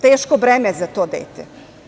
Teško breme za to dete.